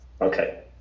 okay